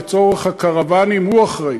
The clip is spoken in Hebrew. לצורך הקרוונים הוא אחראי,